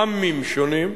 עמים שונים.